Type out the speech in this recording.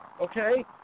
Okay